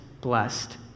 blessed